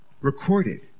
recorded